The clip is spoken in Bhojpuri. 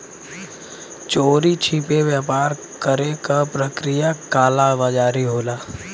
चोरी छिपे व्यापार करे क प्रक्रिया कालाबाज़ारी होला